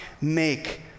make